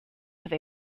have